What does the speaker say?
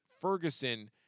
Ferguson